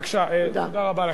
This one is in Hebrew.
תודה רבה לך.